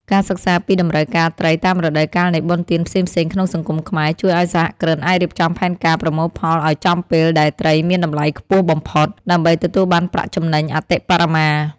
ការសិក្សាពីតម្រូវការត្រីតាមរដូវកាលនៃបុណ្យទានផ្សេងៗក្នុងសង្គមខ្មែរ ជួយឱ្យសហគ្រិនអាចរៀបចំផែនការប្រមូលផលឱ្យចំពេលដែលត្រីមានតម្លៃខ្ពស់បំផុត ដើម្បីទទួលបានប្រាក់ចំណេញអតិបរមា។